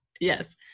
Yes